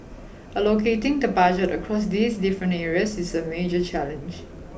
allocating the Budget across these different areas is a major challenge